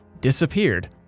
disappeared